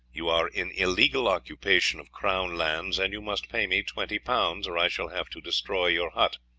you are in illegal occupation of crown lands, and you must pay me twenty pounds, or i shall have to destroy your hut.